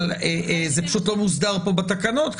זה פשוט לא מוסדר פה בתקנות,